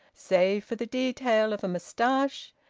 save for the detail of a moustache,